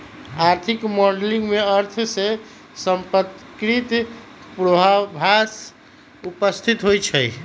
आर्थिक मॉडलिंग में अर्थ से संपर्कित पूर्वाभास उपस्थित होइ छइ